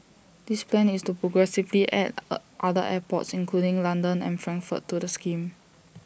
this plan is to progressively add other airports including London and Frankfurt to the scheme